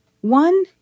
One